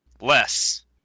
less